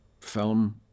film